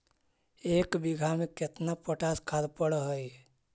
एक बिघा में केतना पोटास खाद पड़ है?